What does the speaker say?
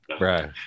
Right